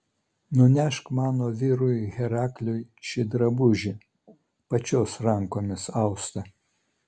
nunešk mano vyrui herakliui šį drabužį pačios rankomis austą